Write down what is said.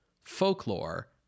folklore